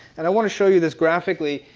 and i wanna show you this graphically.